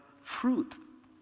fruit